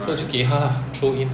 so 就给他 lah throw in